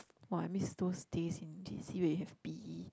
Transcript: !wow! I miss those days in J_C when you have P_E